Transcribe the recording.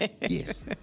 Yes